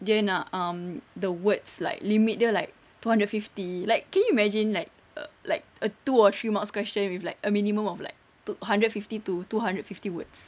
dia nak um the words like limit dia like two hundred fifty like can you imagine like a like a two or three marks question with like a minimum of like hundred fifty to two hundred fifty words